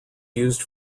used